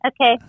Okay